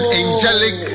angelic